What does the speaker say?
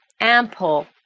ample